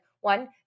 one